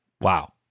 Wow